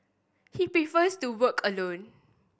he prefers to work alone